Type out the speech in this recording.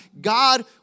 God